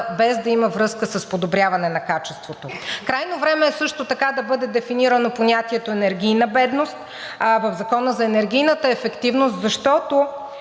без да има връзка с подобряване на качеството. Крайно време е също така да бъде дефинирано понятието енергийна бедност в Закона за енергийната ефективност, защото